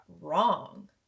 wrong